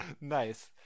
Nice